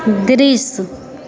दृश्य